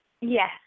Yes